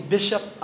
Bishop